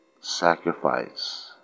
sacrifice